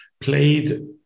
played